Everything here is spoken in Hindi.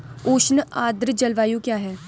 उष्ण आर्द्र जलवायु क्या है?